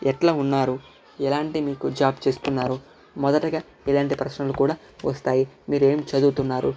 ఎట్లా ఉన్నారు ఎలాంటి మీకు జాబ్ చేస్తున్నారు మొదటగా ఇలాంటి ప్రశ్నలు కూడా వస్తాయి మీరు ఏం చదువుతున్నారు